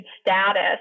status